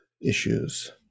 issues